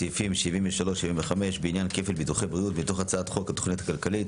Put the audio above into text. סעיפים 75-73 (בעניין כפל ביטוחי בריאות) מתוך הצעת חוק התכנית הכלכלית